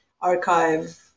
archive